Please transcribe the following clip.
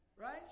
right